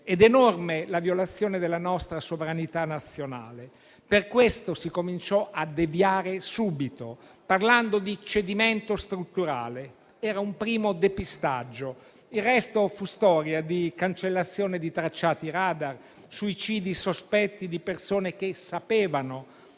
ed enorme era la violazione della nostra sovranità nazionale. Per questo si cominciò a deviare subito, parlando di cedimento strutturale. Era un primo depistaggio. Il resto fu storia di cancellazione di tracciati *radar*, suicidi sospetti di persone che sapevano,